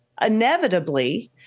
inevitably